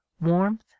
warmth